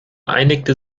einigte